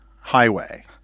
highway